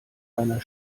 einer